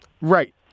Right